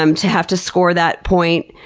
um to have to score that point,